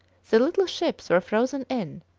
the little ships were frozen in,